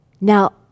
Now